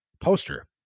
poster